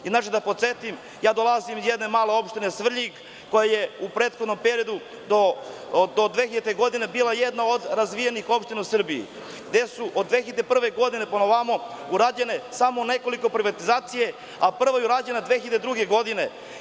Inače da podsetim dolazim iz jedne male opštine, Svrljig koja je u prethodnom periodu do 2000. godine bila jedna od razvijenih opština u Srbiji, gde su od 2001. godine pa na ovamo urađene samo neke privatizacije, a prva je urađena 2001. godine.